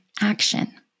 action